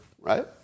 right